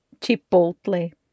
Chipotle